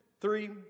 three